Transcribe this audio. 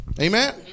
Amen